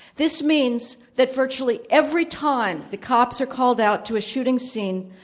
this means that virtually every time the cops are called out to a shooting scene,